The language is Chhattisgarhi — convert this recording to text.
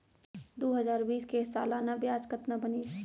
दू हजार बीस के सालाना ब्याज कतना बनिस?